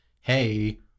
hey